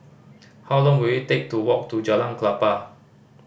how long will it take to walk to Jalan Klapa